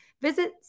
visit